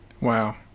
Wow